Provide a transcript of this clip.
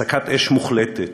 "הפסקת אש מוחלטת,